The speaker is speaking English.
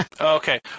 Okay